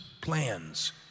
plans